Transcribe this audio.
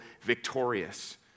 victorious